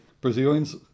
Brazilians